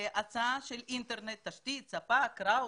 הצעה של אינטרנט, תשתית, שפה, ראוטר.